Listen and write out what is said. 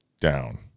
down